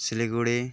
Siliguri